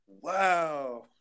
Wow